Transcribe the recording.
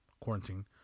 quarantine